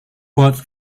both